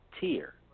tier